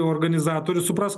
organizatorius supras